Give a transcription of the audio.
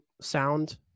sound